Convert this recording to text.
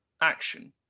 action